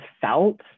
felt